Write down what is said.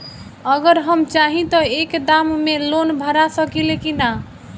अगर हम चाहि त एक दा मे लोन भरा सकले की ना?